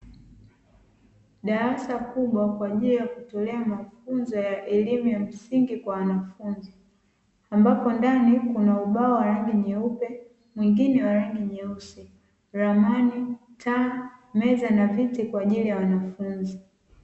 Darasa kubwa kwa ajili ya kutolea mafunzo ya elimu ya msingi kwa wanafunzi ambapo ndani kuna ubao wa rangi nyeupe mwingine wa rangi nyeusi, ramani, taa, meza na viti kwa ajili ya wanafunzi.